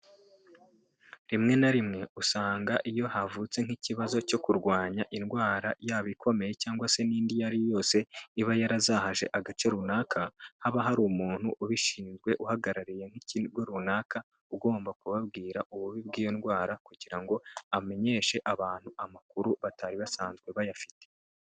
Rimwe na rimwe usanga iyo havutse nk'ikibazo cyo kurwanya indwara yaba ikomeye cyangwa se n'indi iyo ari yo yose iba yarazahaje agace runaka haba hari umuntu ubishinzwe uhagarariye nk'ikigo runaka ugomba kubabwira ububi bw'indwara kugira ngo amenyeshe abantu amakuru batari basanzwe bayafite.